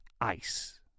ice